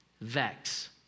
vex